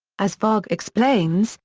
as varg explains,